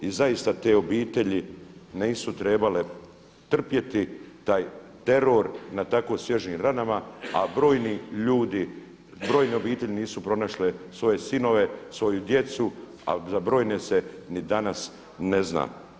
I zaista te obitelji nisu trebale trpjeti taj teror na tako svježim ranama a brojni ljudi, brojne obitelji nisu pronašle svoje sinove, svoju djecu a za brojne se ni danas ne zna.